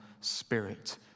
spirit